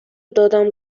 دادم